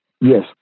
Yes